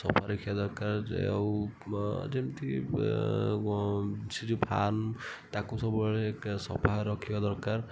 ସଫା ରଖିବା ଦରକାର ଯେ ଆଉ ଯେମିତି ସେ ଯେଉଁ ଫାର୍ମ ତାକୁ ସବୁବେଳେ ସଫା ରଖିବା ଦରକାର